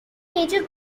major